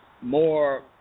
more